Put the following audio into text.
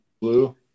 blue